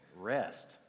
rest